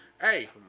Hey